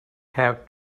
have